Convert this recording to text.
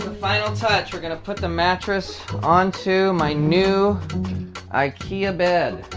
final touch. we're going to put the mattress onto my new ikea bed.